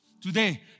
Today